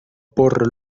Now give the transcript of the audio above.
por